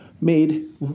made